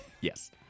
Yes